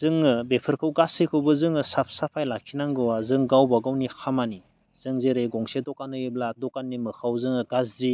जोङो बेफोरखो गासैखौबो जोङो साफ साफाय लाखिनांगौआ जों गावबा गावनि खामानि जों जेरै गंसे दखान होयोब्ला दखाननि मोखाङाव जोङो गाज्रि